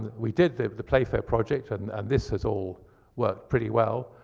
we did the playfair project, and and this has all worked pretty well.